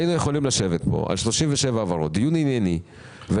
היינו יכולים לערוך דיון ענייני על 37 העברות,